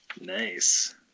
nice